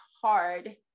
hard